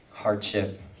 Hardship